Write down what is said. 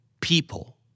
people